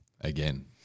Again